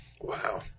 Wow